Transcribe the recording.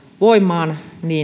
voimaan